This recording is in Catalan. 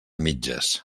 mitges